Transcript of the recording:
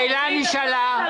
השאלה נשאלה.